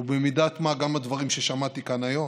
ובמידת מה גם הדברים ששמעתי כאן היום,